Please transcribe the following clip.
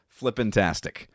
flippantastic